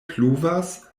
pluvas